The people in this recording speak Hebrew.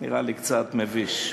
נראה לי קצת מביש.